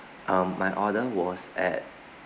um my order was at